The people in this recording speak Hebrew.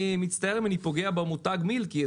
אני מצטער אם אני פוגע במותג מילקי,